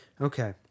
Okay